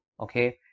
okay